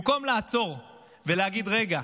במקום לעצור ולהגיד: רגע,